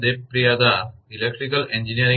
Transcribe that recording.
બરાબર